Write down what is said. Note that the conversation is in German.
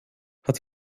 hat